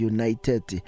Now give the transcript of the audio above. United